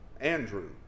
Andrew